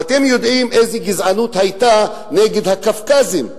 ואתם יודעים איזו גזענות היתה נגד הקווקזים,